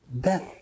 death